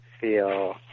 feel